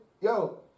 yo